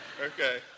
Okay